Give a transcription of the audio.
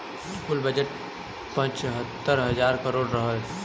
कुल बजट पचहत्तर हज़ार करोड़ रहल